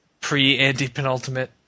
Pre-anti-penultimate